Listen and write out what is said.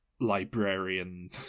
librarian